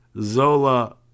Zola